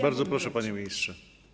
Bardzo proszę, panie ministrze.